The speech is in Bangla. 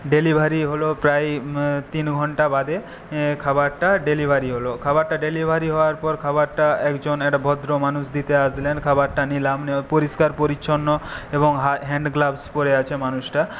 ডেলিভারি হলো প্রায় তিন ঘন্টা বাদে খাবারটা ডেলিভারি হলো খাবারটা ডেলিভারি হওয়ার পর খাবারটা একজন একটা ভদ্র মানুষ দিতে আসলেন খাবারটা নিলাম পরিস্কার পরিছন্ন এবং হ্যান্ড গ্লাবস পরে আছে মানুষটা